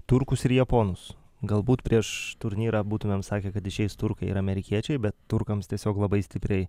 turkus ir japonus galbūt prieš turnyrą būtumėm sakę kad išeis turkai ir amerikiečiai bet turkams tiesiog labai stipriai